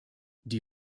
die